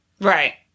right